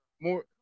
more